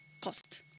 cost